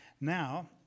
Now